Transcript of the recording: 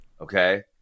okay